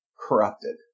corrupted